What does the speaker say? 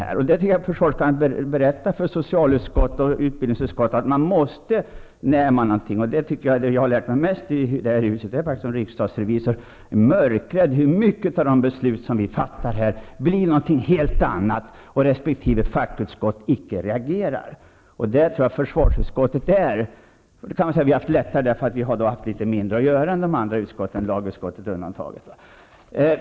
Jag tycker att försvarsutskottet kan berätta för socialutskottet och utbildningsutskottet att man måste göra en uppföljning när man beslutar någonting. Det jag tycker att jag har lärt mig mest av i det här huset är faktiskt att vara riksdagsrevisor. Jag blir mörkrädd när jag ser hur många av de beslut som vi fattar blir någonting helt annat än som avsetts och resp. fackutskott icke reagerar. Där tror jag att försvarsutskottet har haft det litet lättare i och med att vi har haft litet mindre att göra än de andra utskotten, lagutskottet undantaget.